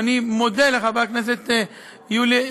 ואני מודה לחברת הכנסת יוליה,